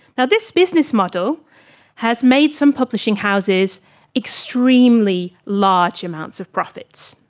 so this business model has made some publishing houses extremely large amounts of profits.